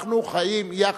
אנחנו חיים יחד.